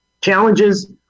challenges